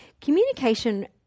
communication